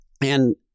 And-